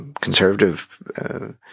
conservative